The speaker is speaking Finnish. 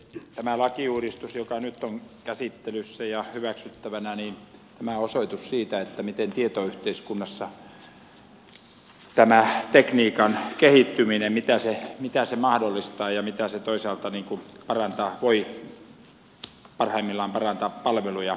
tämä lakiuudistus joka nyt on käsittelyssä ja hyväksyttävänä on osoitus siitä mitä tietoyhteiskunnassa tämä tekniikan kehittyminen mahdollistaa ja miten se toisaalta voi parhaimmillaan parantaa palveluja